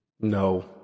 No